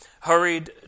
hurried